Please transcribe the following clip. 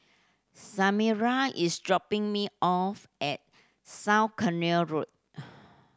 Samira is dropping me off at South Canal Road